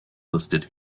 listed